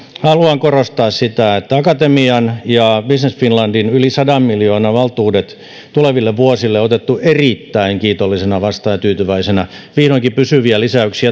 haluan korostaa sitä että akatemian ja business finlandin yli sadan miljoonan valtuudet tuleville vuosille on otettu erittäin kiitollisena ja tyytyväisenä vastaan vihdoinkin pysyviä lisäyksiä